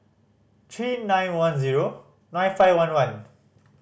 three nine one zero nine five one one